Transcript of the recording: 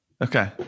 Okay